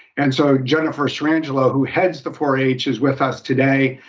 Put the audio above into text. and so jennifer sirangelo who heads the four h is with us today.